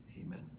Amen